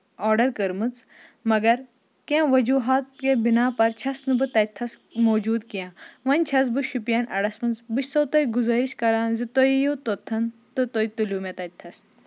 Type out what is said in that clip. order کٔرمٕژ مَگر کیٚنٛہہ وجوٗہات کے بِنا پَر چھَس نہٕ بہٕ تَتہِ تھس موٗجوٗد کیٚنٛہہ وۄنۍ چھَس بہٕ شُپین اَڈس منٛز بہٕ چھےٚ سو تۄہہِ گُزٲرِش کران زِ تُہۍ یِیو توٚتھن تہٕ تُہۍ تُلیو مےٚ تتہِ تھس